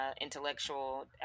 intellectual